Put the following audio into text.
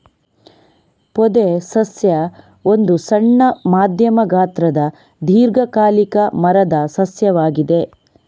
ಪೊದೆ ಸಸ್ಯ ಒಂದು ಸಣ್ಣ, ಮಧ್ಯಮ ಗಾತ್ರದ ದೀರ್ಘಕಾಲಿಕ ಮರದ ಸಸ್ಯವಾಗಿದೆ